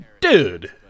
dude